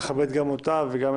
שתכבד גם אותה ואת